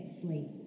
sleep